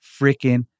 freaking